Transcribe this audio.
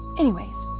anyways,